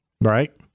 right